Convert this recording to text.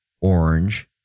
orange